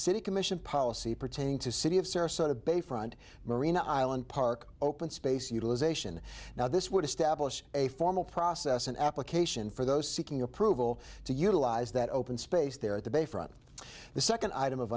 city commission policy pertaining to city of sarasota bayfront marine island park open space utilization now this would establish a formal process an application for those seeking approval to utilize that open space there at the bay front the second item of